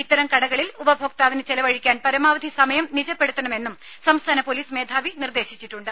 ഇത്തരം കടകളിൽ ഉപഭോക്താവിന് ചെലവഴിക്കാൻ പരമാവധി സമയം നിജപ്പെടുത്തണമെന്നും സംസ്ഥാന പോലീസ് മേധാവി നിർദ്ദേശിച്ചിട്ടുണ്ട്